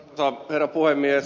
arvoisa herra puhemies